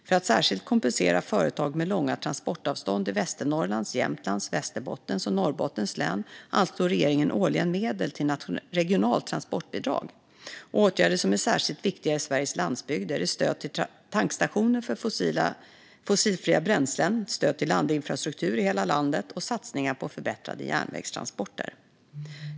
För att särskilt kompensera företag med långa transportavstånd i Västernorrlands, Jämtlands, Västerbottens och Norrbottens län anslår regeringen årligen medel till regionalt transportbidrag. Åtgärder som är särskilt viktiga i Sveriges landsbygder är stöd till tankstationer för fossilfria bränslen, stöd till laddinfrastruktur i hela landet och satsningar på förbättrade järnvägstransporter.